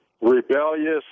rebellious